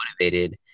motivated